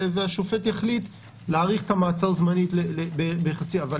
והשופט יחליט אם להאריך את המעצר זמנית בחצי אבל